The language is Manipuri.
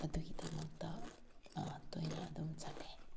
ꯑꯗꯨꯒꯤꯗꯃꯛꯇ ꯇꯣꯏꯅ ꯑꯗꯨꯝ ꯆꯠꯂꯦ